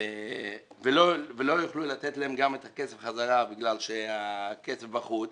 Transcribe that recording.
ולא יוכלו לתת להם את הכסף בחזרה בגלל שהכסף בחוץ